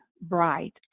bright